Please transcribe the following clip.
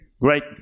great